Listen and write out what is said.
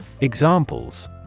Examples